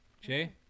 Jay